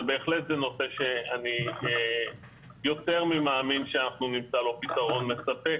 בהחלט זה נושא שאני יותר ממאמין שנמצא לו פתרון מספק,